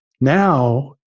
now